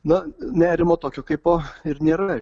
na nerimo tokio kaipo ir nėra